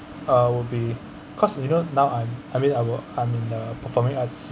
uh will be cause you know now I'm I mean I'll I'm in a performing arts